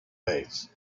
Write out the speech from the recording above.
base